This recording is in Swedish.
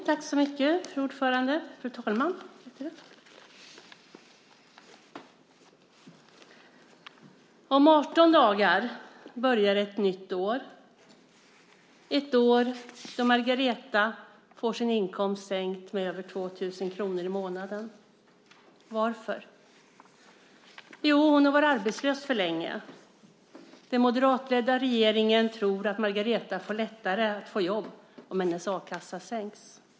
Fru talman! Om 18 dagar börjar ett nytt år, ett år då Margareta får sin inkomst sänkt med över 2 000 kr i månaden. Varför? Jo, hon har varit arbetslös för länge. Den moderatledda regeringen tror att Margareta får lättare att få jobb om hennes a-kassa sänks.